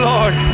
Lord